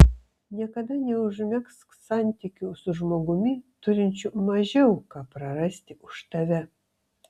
niekada neužmegzk santykių su žmogumi turinčiu mažiau ką prarasti už tave